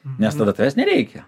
nes tada tavęs nereikia